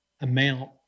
amount